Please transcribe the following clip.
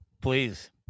please